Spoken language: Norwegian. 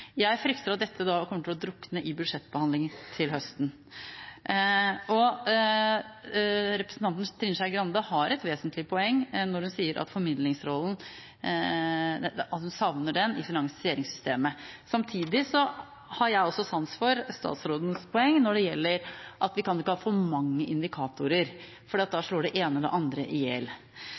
Jeg frykter at dette kommer til å drukne i budsjettbehandlingen til høsten. Representanten Trine Skei Grande har et vesentlig poeng når hun sier at hun savner formidlingsrollen i finansieringssystemet. Samtidig har jeg også sans for statsrådens poeng om at vi ikke kan ha for mange indikatorer, for da slår det ene det andre i hjel. Likevel er utfordringene her så store at